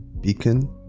Beacon